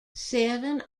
seven